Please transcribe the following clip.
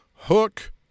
hook